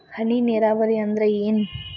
ಹನಿ ನೇರಾವರಿ ಅಂದ್ರ ಏನ್?